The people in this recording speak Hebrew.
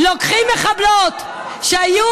לוקחים מחבלות, מה מחבלות?